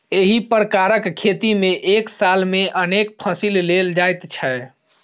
एहि प्रकारक खेती मे एक साल मे अनेक फसिल लेल जाइत छै